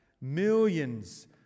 millions